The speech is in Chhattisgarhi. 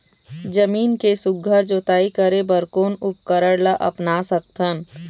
जमीन के सुघ्घर जोताई करे बर कोन उपकरण ला अपना सकथन?